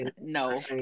no